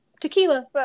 Tequila